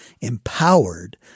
empowered